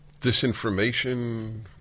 Disinformation